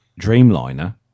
Dreamliner